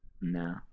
No